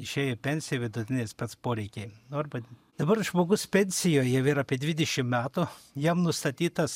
išėjo į pensiją vidutiniai spec poreikiai nu arba dabar žmogus pensijoj jau yra apie dvidešim metų jam nustatytas